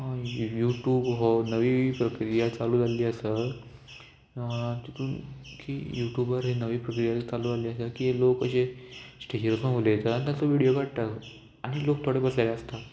YouTube हो नवी प्रक्रिया चालू जाल्ली आसा तितून की यू ट्युबार हे नवी प्रक्रिया चालू जाल्ली आसा की लोक अशे स्टेजीर वोचोन उलयता आनी ताचो विडियो काडटा आनी लोक थोडे बसलेले आसता